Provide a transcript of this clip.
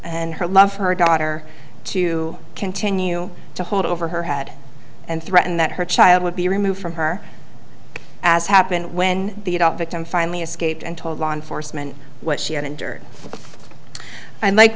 and her love for her daughter to continue to hold over her head and threaten that her child would be removed from her as happened when the it up victim finally escaped and told law enforcement what she had endured and like